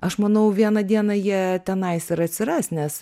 aš manau vieną dieną jie tenais ir atsiras nes